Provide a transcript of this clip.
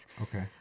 Okay